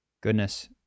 Goodness